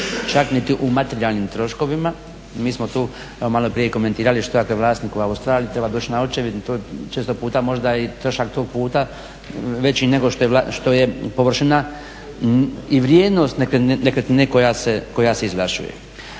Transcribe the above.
čak niti u materijalnim troškovima. Mi smo tu evo maloprije komentirali što ako je vlasnik u Australiji, treba doći na očevid. To je često puta možda i trošak tog puta veći nego što je površina i vrijednost nekretnine koja se izvlašćuje.